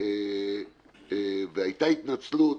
והיתה התנצלות,